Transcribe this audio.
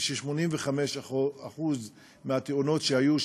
כאשר 85% מהתאונות שהיו,